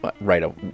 right